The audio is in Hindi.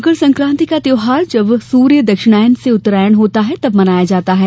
मकर संक्राति का त्यौहार जब सूर्य दक्षिणायन से उत्तरायण होता है तब मनाया जाता है